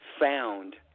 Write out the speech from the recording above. found